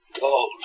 gold